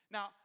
Now